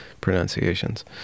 pronunciations